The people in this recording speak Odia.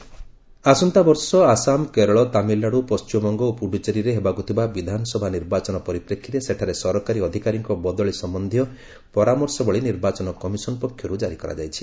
ଇଲେକ୍ସନ କମିଶନ ଆସନ୍ତାବର୍ଷ ଆସାମ କେରଳ ତାମିଲନାଡ଼ୁ ପଣ୍ଟିମବଙ୍ଗ ଓ ପୁଡ଼ୁଚେରୀରେ ହେବାକୁ ଥିବା ବିଧାନସଭା ନିର୍ବାଚନ ପରିପ୍ରେକ୍ଷୀରେ ସେଠାରେ ସରକାରୀ ଅଧିକାରୀଙ୍କ ବଦଳି ସମ୍ଭନ୍ଧୀୟ ପରାମର୍ଶବଳୀ ନିର୍ବାଚନ କମିଶନ ପକ୍ଷରୁ ଜାରି କରାଯାଇଛି